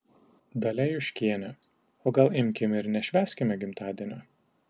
dalia juškienė o gal imkime ir nešvęskime gimtadienio